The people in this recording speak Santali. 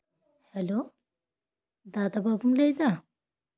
ᱦᱮᱞᱳ ᱫᱟᱫᱟ ᱵᱟᱹᱵᱩᱢ ᱞᱟᱹᱭᱫᱟ